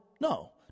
No